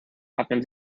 atmen